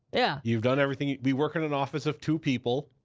yeah. you've done everything. we work in an office of two people.